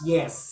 Yes